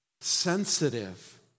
sensitive